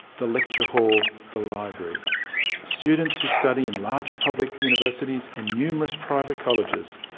the lecture hall, the library students who study in large public universities and numerous private colleges,